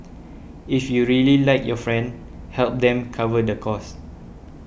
if you really like your friend help them cover the cost